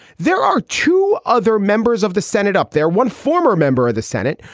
there are two other members of the senate up there, one former member of the senate.